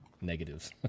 negatives